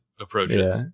approaches